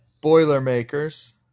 Boilermakers